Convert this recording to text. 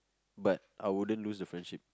but I wouldn't lose the friendship